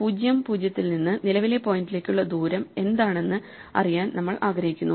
0 0 ൽ നിന്ന് നിലവിലെ പോയിന്റിലേക്കുള്ള ദൂരം എന്താണെന്ന് അറിയാൻ നമ്മൾ ആഗ്രഹിക്കുന്നു